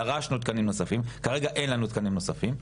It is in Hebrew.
דרשנו תקנים נוספים וכרגע לא קיבלנו תקנים נוספים.